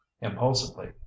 Impulsively